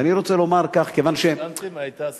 ואני רוצה לומר כך, כיוון, דנתם והיתה הסכמה?